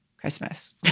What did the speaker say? Christmas